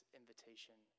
invitation